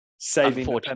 Saving